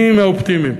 אני מהאופטימים,